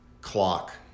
clock